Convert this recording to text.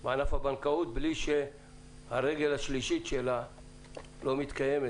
בענף הבנקאות בלי שהרגל השלישית שלה לא מתקיימת: